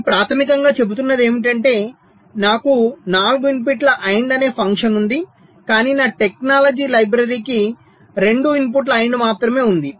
మనము ప్రాథమికంగా చెబుతున్నది ఏమిటంటే నాకు 4 ఇన్పుట్ AND అనే ఫంక్షన్ ఉంది కానీ నా టెక్నాలజీ లైబ్రరీకి 2 ఇన్పుట్ AND మాత్రమే ఉంది